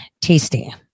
tasty